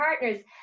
partners